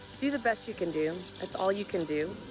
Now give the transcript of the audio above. do the best you can do, that's all you can do.